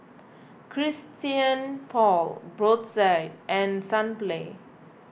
Christian Paul Brotzeit and Sunplay